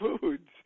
foods